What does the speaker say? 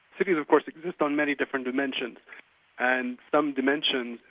cities of course exist on many different dimensions and some dimensions,